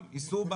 לדעתי צריך לשמר